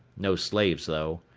no slaves though.